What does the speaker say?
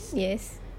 yes